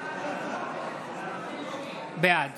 בעד